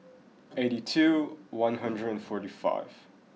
eighty two one hundred and forty five